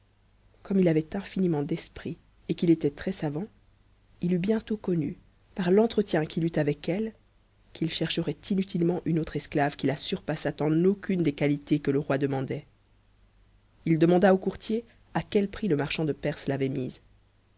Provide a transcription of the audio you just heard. comme il avait infiniment d'esprit et qu'il était très-savant il eut bientôt connu par l'entretien qu'il eut avec elle qu'il chercherait inutilement une autre esclave qui la surpassât en aucune des qualités que le roi demandait il demanda au courtier à quel prix le marchand de perse l'avait mise